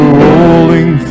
rolling